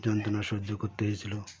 যন্ত্রণা সহ্য করতে হয়েছিল